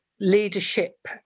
leadership